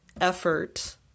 effort